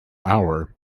hour